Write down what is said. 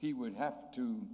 he would have to